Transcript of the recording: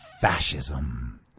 fascism